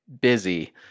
busy